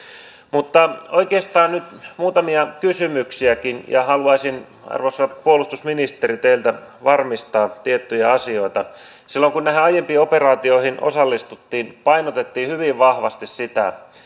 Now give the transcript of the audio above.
mutta oikeastaan on nyt muutamia kysymyksiäkin ja haluaisin arvoisa puolustusministeri teiltä varmistaa tiettyjä asioita silloin kun näihin aiempiin operaatioihin osallistuttiin painotettiin hyvin vahvasti sitä